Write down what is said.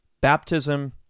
baptism